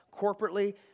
corporately